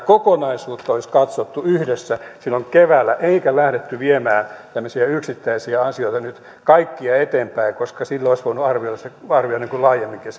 kokonaisuutta olisi katsottu yhdessä silloin keväällä eikä lähdetty viemään tämmöisiä yksittäisiä asioita nyt kaikkia eteenpäin koska silloin olisi voinut arvioida arvioida laajemminkin